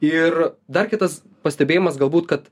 ir dar kitas pastebėjimas galbūt kad